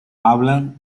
hablan